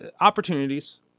opportunities